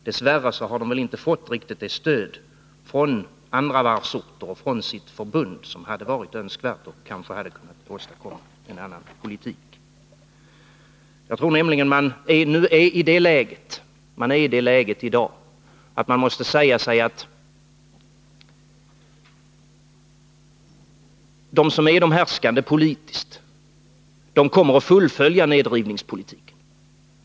Dess värre har de inte fått riktigt det stöd från andra varvsorter och från sitt förbund som hade varit önskvärt och som kanske hade kunnat åstadkomma en annan politik. Jag tror nämligen attman Nr 155 i dag är i det läget att man måste säga sig att de som är de härskande politiskt kommer att fullfölja nedrivningspolitiken.